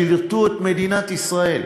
שירתו את מדינת ישראל.